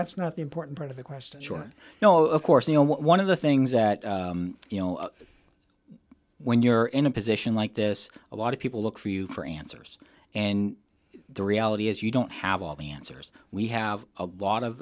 that's not the important part of the question sure you know of course and one of the things that you know when you're in a position like this a lot of people look for you for answers and the reality is you don't have all the answers we have a lot of